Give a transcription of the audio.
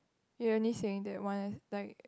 you only saying that one is like